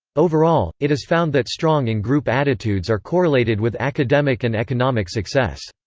overall, it is found that strong in-group attitudes are correlated with academic and economic success.